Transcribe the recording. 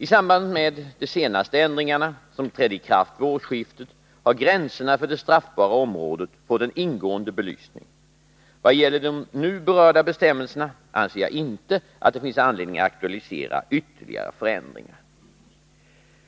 I samband med de senaste ändringarna, som trädde i kraft vid årsskiftet, har gränserna för det straffbara området fått en ingående belysning. Vad gäller de nu berörda bestämmelserna anser jag inte att det finns anledning att aktualisera ytterligare förändringar.